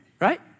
Right